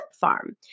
farm